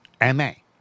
M-A